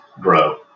grow